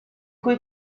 cui